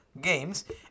Games